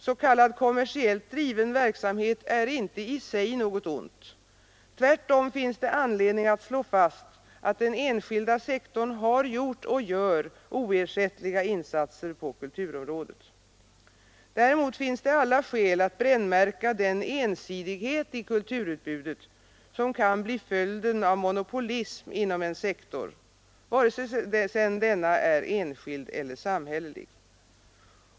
S.k. kommersiellt driven verksamhet är inte i sig något ont; tvärtom finns det anledning slå fast att den enskilda sektorn har gjort och gör oersättliga insatser på kulturområdet. Däremot finns det alla skäl att brännmärka den ensidighet i kulturutbudet som kan bli följden av monopolism inom en sektor, vare sig denna sedan är enskild eller samhällelig.